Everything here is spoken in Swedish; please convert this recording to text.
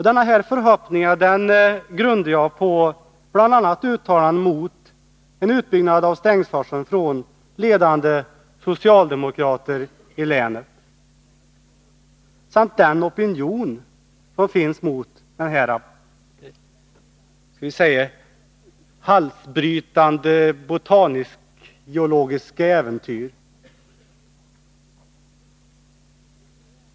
Dessa förhoppningar grundade jag på uttalanden från ledande socialdemokrater i länet mot en utbyggnad av forsen samt på den opinion som finns mot detta — skall vi säga — halsbrytande botanisk-geologiska äventyr.